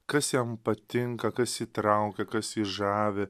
kas jam patinka kas įtraukia kas jį žavi